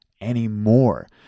anymore